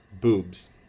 Boobs